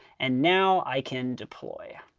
and now, i can deploy.